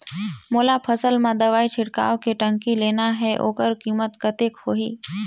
मोला फसल मां दवाई छिड़काव के टंकी लेना हे ओकर कीमत कतेक होही?